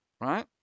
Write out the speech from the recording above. right